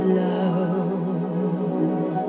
love